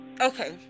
okay